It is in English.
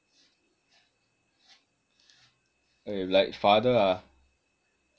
like father ah